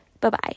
Bye-bye